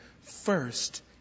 first